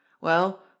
Well